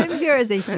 here is a